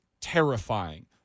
terrifying